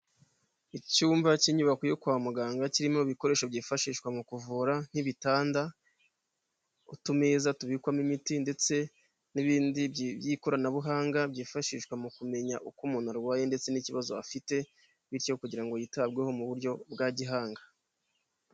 Icyumba cy'inyubako yo kwa muganga kirimo ibikoresho byifashishwa mu kuvura nk'ibitanda, utumeza tubikwamo imiti ndetse n'ibindi by'ikoranabuhanga byifashishwa mu kumenya uko umuntu arwaye ndetse n'ikibazo afite, bityo kugira ngo yitabweho mu buryo bwa gihanga.